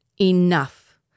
enough